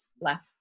left